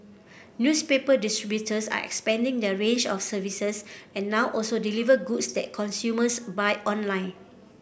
newspaper distributors are expanding their range of services and now also deliver goods that consumers buy online